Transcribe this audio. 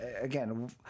again